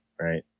right